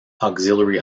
auxiliary